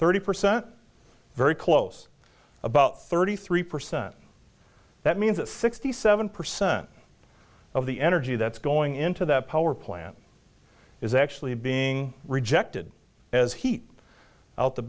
thirty percent very close about thirty three percent that means that sixty seven percent of the energy that's going into that power plant is actually being rejected as heat out the